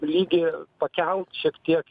lygį pakelt šiek tiek